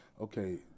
okay